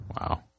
Wow